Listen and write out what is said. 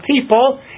people